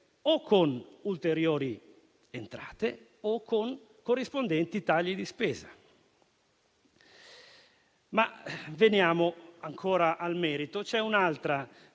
con ulteriori entrate o con corrispondenti tagli di spesa. Veniamo però ancora al merito: c'è un'altra